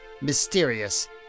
mysterious